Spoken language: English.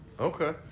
Okay